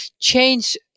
change